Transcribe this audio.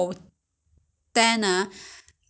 normally a quite a~ a lot inside you know